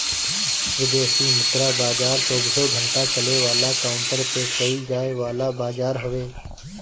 विदेशी मुद्रा बाजार चौबीसो घंटा चले वाला काउंटर पे कईल जाए वाला बाजार हवे